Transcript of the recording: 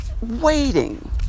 waiting